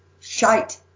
shite